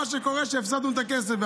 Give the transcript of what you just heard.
מה שקורה הוא שהפסדנו את הכסף.